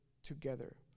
together